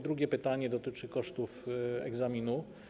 Drugie pytanie dotyczy kosztów egzaminu.